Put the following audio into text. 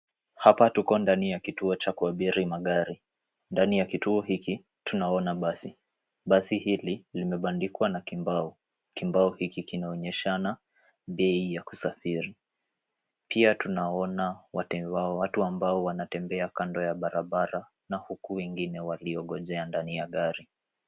Hapa tuko ndani ya kituo cha kuabiri magari ndani ya kituo hiki tuanona basi. Basi hili limebandikwa na ki mbao, ki mbao hiki kinaonyeshana bei ya kusafiri. Pia tunaona watu ambao wanatembea kando ya barabara na huku wengine walio gonjea ndani ya gari.